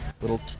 little